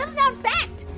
fact!